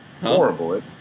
horrible